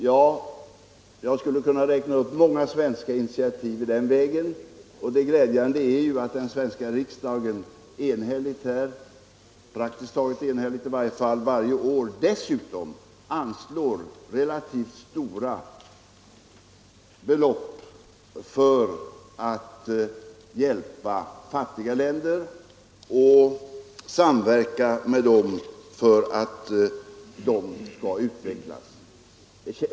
Ja, jag skulle kunna räkna upp många svenska initiativ i den vägen, och det glädjande är ju att den svenska riksdagen praktiskt taget enhälligt varje år dessutom anslår relativt stora belopp för att hjälpa fattiga länder och samverka med dem så att de skall utvecklas.